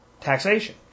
taxation